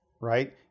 right